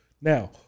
Now